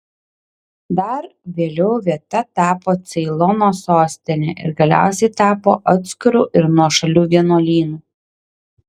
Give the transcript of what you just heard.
dar vėliau vieta tapo ceilono sostine ir galiausiai tapo atskirtu ir nuošaliu vienuolynu